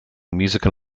musical